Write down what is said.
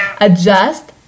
adjust